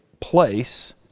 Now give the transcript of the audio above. place